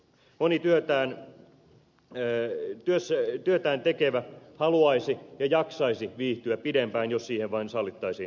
moni työtään tekevä haluaisi ja jaksaisi viihtyä pidempään jos siihen vain sallittaisiin mahdollisuus